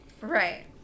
right